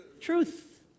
Truth